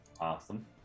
Awesome